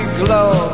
glow